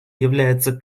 является